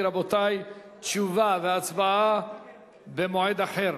כפי שאמרתי, רבותי, תשובה והצבעה במועד אחר.